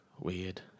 weird